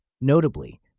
Notably